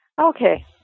Okay